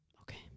Okay